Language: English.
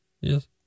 Yes